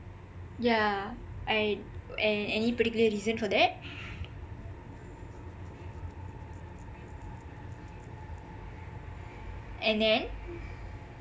yah I and any particular reason for that and then